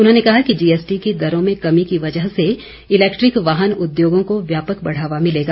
उन्होंने कहा कि जीएस टी की दरों में कमी की वजह से इलैक्ट्रिक वाहन उद्योगों को व्यापक बढ़ावा मिलेगा